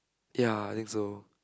ya I think so